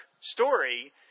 story